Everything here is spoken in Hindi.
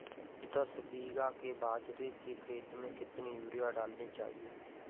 दस बीघा के बाजरे के खेत में कितनी यूरिया डालनी चाहिए?